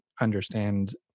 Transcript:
understand